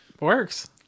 works